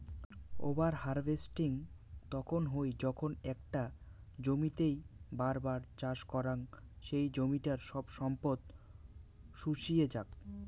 over harvesting তখন হই যখন একটা জমিতেই বার বার চাষ করাং সেই জমিটার সব সম্পদ শুষিয়ে যাক